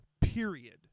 period